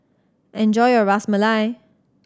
enjoy your Ras Malai